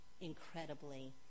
incredibly